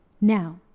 Now